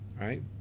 Right